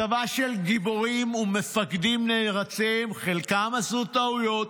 צבא של גיבורים ומפקדים נערצים, חלקם עשו טעויות,